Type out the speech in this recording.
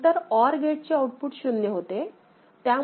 नंतर OR गेटचे output शून्य होते